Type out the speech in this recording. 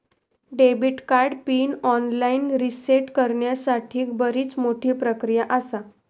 debit card pin online reset करण्यासाठीक बरीच मोठी प्रक्रिया आसा